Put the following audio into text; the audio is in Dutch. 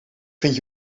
vindt